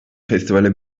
festivale